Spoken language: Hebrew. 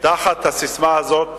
תחת הססמה הזאת